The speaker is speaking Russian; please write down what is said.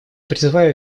призываю